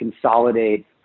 consolidate